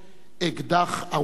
אקדח ארורות.